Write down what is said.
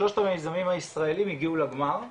שלושת המיזמים הישראלים הגיעו לגמר,